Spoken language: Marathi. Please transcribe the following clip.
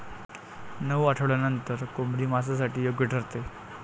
नऊ आठवड्यांनंतर कोंबडी मांसासाठी योग्य ठरते